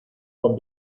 con